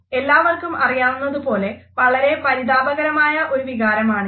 എല്ലാവര്ക്കും അറിയുന്നപോലെ വളരെ പരിതാപകരമായ ഒരു വികാരമാണിത്